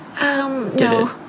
no